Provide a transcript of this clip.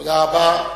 תודה רבה.